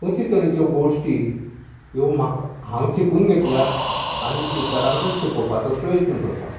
अशीं तरेच्यो गोश्टी ह्यो म्हाका हांव शिकून घेतल्यात आनी इतरांकूय शिकोवपाचो प्रयत्न करतां